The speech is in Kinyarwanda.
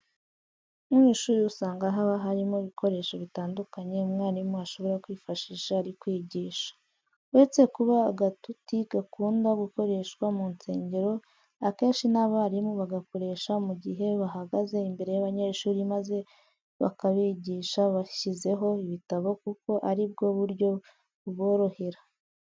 Mu ishuri usanga haba harimo ibikoresho bitandukanye umwarimu ashobora kwifashisha ari kwigisha. Uretse kuba agatuti gakunda gukoreshwa mu nsengero, akenshi n'abarimu bagakoresha mu gihe bahagaze imbere y'abanyeshuri maze bakabigisha bashyizeho ibitabo kuko ari bwo buryo buborohera.